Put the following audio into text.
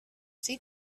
see